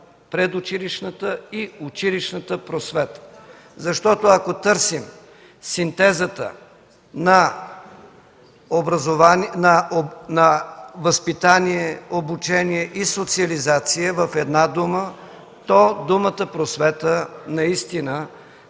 предучилищната и училищната просвета”. Ако търсим синтеза на възпитание, обучение и социализация в една дума, то думата „просвета” наистина